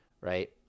right